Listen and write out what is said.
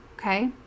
okay